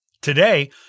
Today